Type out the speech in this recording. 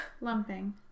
lumping